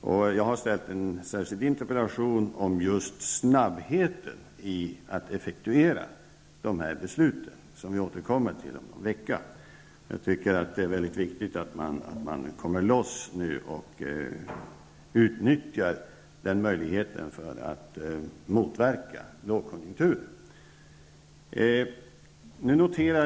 Jag har framställt en särskild interpellation om just snabbheten i att effektuera besluten, som vi återkommer till om någon vecka. Jag tycker att det är väldigt viktigt att man nu ''kommer loss'' och utnyttjar möjligheten att motverka lågkonjunkturens effekter.